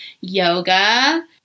yoga